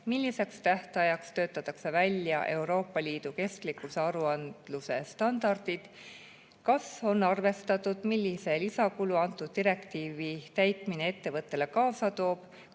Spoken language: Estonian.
Milliseks tähtajaks töötatakse välja Euroopa Liidu kestlikkuse aruandluse standardid? Kas on arvestatud, millise lisakulu antud direktiivi täitmine ettevõttele kaasa toob?